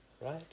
Right